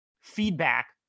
feedback